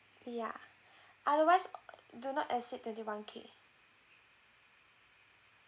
ya otherwise do not exceed twenty one K